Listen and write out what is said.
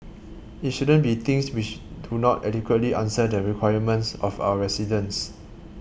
it shouldn't be things which do not adequately answer the requirements of our residents